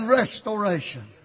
restoration